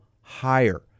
higher